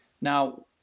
Now